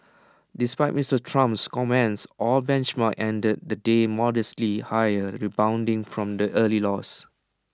despite Mister Trump's comments all benchmarks ended the day modestly higher rebounding from early losses